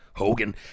Hogan